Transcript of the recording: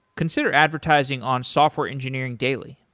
consider advertising on software engineering daily.